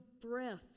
breath